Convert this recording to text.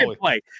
play